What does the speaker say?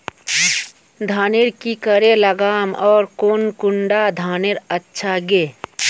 धानेर की करे लगाम ओर कौन कुंडा धानेर अच्छा गे?